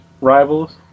Rivals